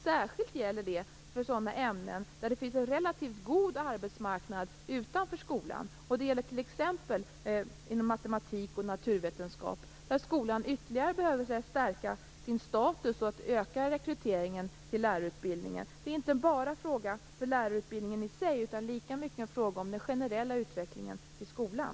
Särskilt gäller det sådana ämnen där det finns en relativt god arbetsmarknad utanför skolan. Det gäller t.ex. matematik och naturvetenskap. Där behöver skolan ytterligare stärka sin status för att öka rekryteringen till lärarutbildningen. Det är inte bara en fråga för lärarutbildningen i sig. Det är lika mycket en fråga som handlar om den generella utvecklingen i skolan.